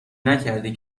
نکردی